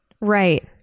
Right